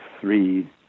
three